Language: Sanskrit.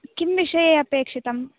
किं विषये अपेक्षितम्